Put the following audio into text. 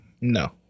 No